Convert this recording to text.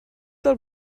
del